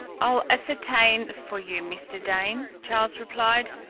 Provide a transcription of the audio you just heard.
i'll ascertain for you, mr. dane, charles replied.